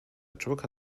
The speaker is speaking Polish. człeka